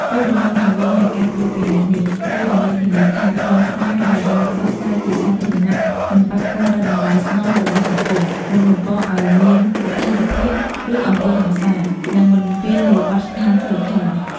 គោលបំណងចម្បងនៃការត្រួតពិនិត្យនេះ គឺដើម្បីធានាថាខ្លឹមសារដែលបានផ្សព្វផ្សាយជាសាធារណៈ មិនប៉ះពាល់ដល់តម្លៃស្នូលរបស់សង្គម មិនបង្កឲ្យមានអស្ថេរភាព ឬអំពើហិង្សា និងមិនបំពានលើបទដ្ឋានសីលធម៌។